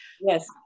Yes